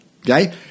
Okay